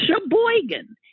Sheboygan